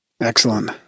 Excellent